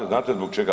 Znate zbog čega?